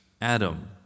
Adam